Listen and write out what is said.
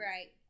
Right